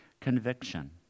conviction